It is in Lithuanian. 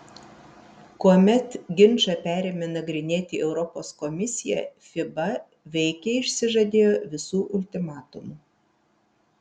kuomet ginčą perėmė nagrinėti europos komisija fiba veikiai išsižadėjo visų ultimatumų